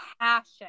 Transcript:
passion